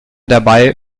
dabei